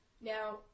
Now